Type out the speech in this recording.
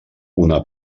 una